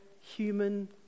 human